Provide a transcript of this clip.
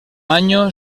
año